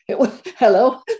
hello